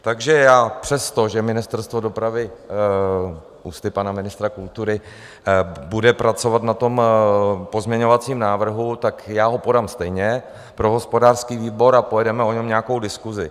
Takže já přesto, že Ministerstvo dopravy, ústy pana ministra kultury, bude pracovat na pozměňovacím návrhu, tak já ho podám stejně pro hospodářský výbor a pojedeme o něm nějakou diskusi.